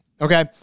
Okay